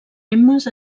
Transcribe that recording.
gemmes